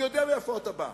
אני יודע מאיפה אתה בא.